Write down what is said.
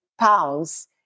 pounds